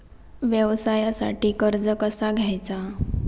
व्यवसायासाठी कर्ज कसा घ्यायचा?